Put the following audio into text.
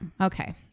okay